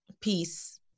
peace